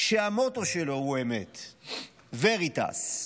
שהמוטו שלו הוא אמת, Veritas.